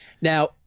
Now